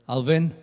Alvin